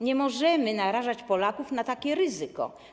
Nie możemy narażać Polaków na takie ryzyko.